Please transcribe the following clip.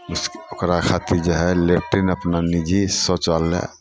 उस ओकरा खातिर जे है लैट्रिंग अपना निजी शौचालय